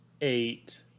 eight